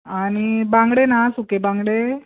आनी बांगडे ना सुके बांगडे